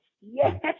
yes